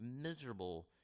miserable